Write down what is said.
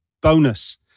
bonus